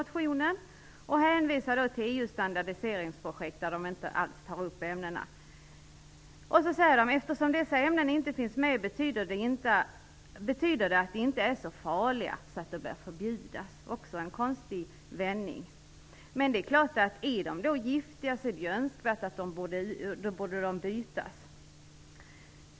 De hänvisar också till EU:s standardiseringsprojekt där dessa ämnen inte alls tas upp. Sedan säger de att eftersom dessa ämnen inte finns med betyder det att de inte är så farliga att de bör förbjudas. Det är också en konstig vändning. Men om det är så att de är giftiga borde de bytas ut.